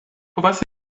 povas